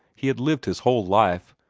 he had lived his whole life,